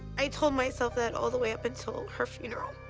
i told myself that all the way up until her funeral,